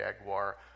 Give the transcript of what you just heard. Jaguar